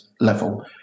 level